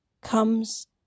comes